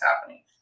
happening